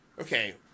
okay